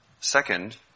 second